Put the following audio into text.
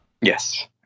Yes